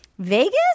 Vegas